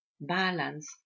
balance